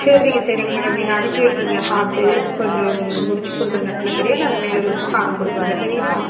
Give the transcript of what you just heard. சரிங்க சரிங்க மேடம் நீங்கள் அனுப்பி விட்டுருங்க பார்த்து கொஞ்சம் முடித்து கொடுத்துருங்க நல்லபடியா நான் மேலயே உங்களுக்கு காசு கொடுத்துட்றேன் சரிங்களா